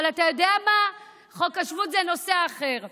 אבל אתה יודע מה, חוק השבות זה נושא אחר.